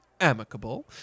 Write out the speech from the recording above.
amicable